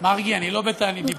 מרגי, אני לא בתענית דיבור.